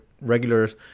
regulars